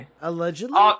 Allegedly